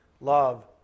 love